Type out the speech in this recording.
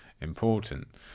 important